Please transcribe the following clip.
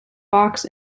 box